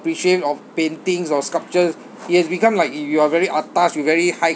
appreciative of paintings or sculptures it has become like you are very atas you very high